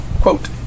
Quote